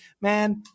man